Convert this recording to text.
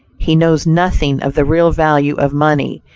he knows nothing of the real value of money,